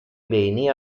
beni